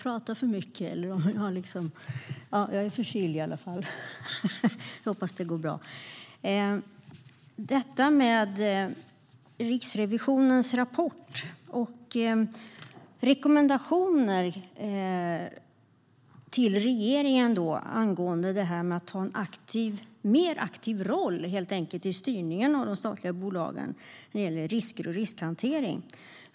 Riksrevisionen har presenterat en rapport med rekommendationer till regeringen angående detta med att ha en mer aktiv roll i styrningen av de statliga bolagen när det gäller risker och riskhantering.